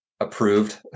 approved